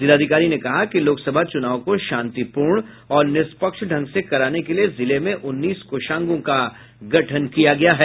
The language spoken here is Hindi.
जिलाधिकारी ने कहा कि लोकसभा चुनाव को शांतिपूर्ण और निष्पक्ष ढंग से कराने के लिये जिले में उन्नीस कोषांगों का गठन किया गया है